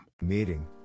Meeting